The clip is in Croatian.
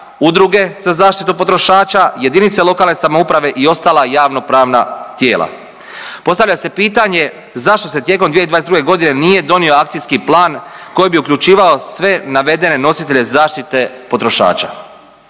Udruge za zaštitu potrošača, JLS i ostala javnopravna tijela. Postavlja se pitanje zašto se tijekom 2022.g. nije donio akcijski plan koji bi uključivao sve navedene nositelje zaštite potrošača,